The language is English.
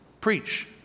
preach